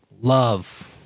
love